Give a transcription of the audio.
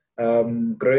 Growing